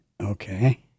okay